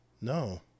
No